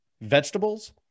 vegetables